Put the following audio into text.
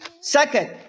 Second